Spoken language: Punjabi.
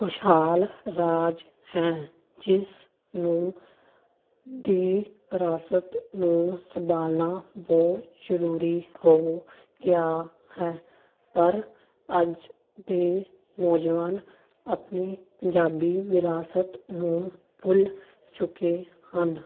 ਖੁਸ਼ਹਾਲ ਰਾਜ ਹੈ ਜਿਸ ਨੂੰ ਦੀ ਵਿਰਾਸਤ ਨੂੰ ਸੰਭਾਲਣਾ ਬਹੁਤ ਜ਼ਰੂਰੀ ਹੋ ਗਿਆ ਹੈ ਪਰ ਅੱਜ ਦੇ ਨੌਜਵਾਨ ਆਪਣੀ ਪੰਜਾਬੀ ਵਿਰਾਸਤ ਨੂੰ ਭੁੱਲ ਚੁੱਕੇ ਹਨ